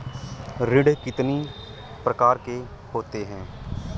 ऋण कितनी प्रकार के होते हैं?